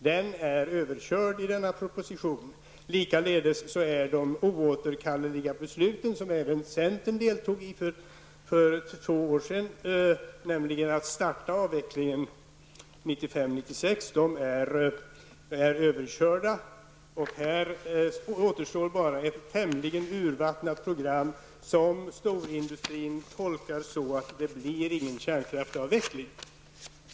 Den är överkörd i denna proposition, och det är likaledes de oåterkalleliga besluten som även centern deltog i för två år sedan, dvs. att starta avvecklingen 1995 1996. De besluten är överkörda, och här återstår bara ett tämligen urvattnat program som storindustrin tolkar som att det inte blir någon kärnkraftsavveckling.